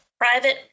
private